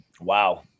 Wow